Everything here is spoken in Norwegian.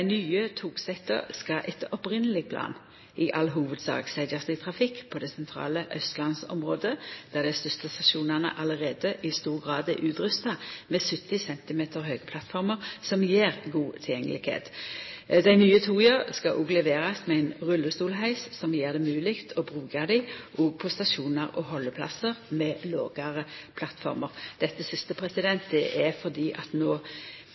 nye togsetta skal etter den opphavlege planen i all hovudsak setjast i trafikk på det sentrale austlandsområdet, der dei største stasjonane allereie i stor grad er utrusta med 70 cm høge plattformer som gjev god tilgjengelegheit. Dei nye toga skal òg leverast med ein rullestolheis som gjer det mogleg å bruka dei òg på stasjonar og haldeplassar med lågare plattformer. Det siste er fordi